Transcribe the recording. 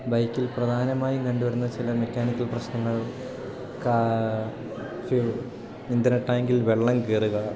ബൈക്കിൽ പ്രധാനമായും കണ്ടുവരുന്ന ചില മെക്കാനിക്കൽ പ്രശ്നങ്ങൾ ഇന്ധന ടാങ്കിൽ വെള്ളം കയറുക